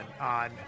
on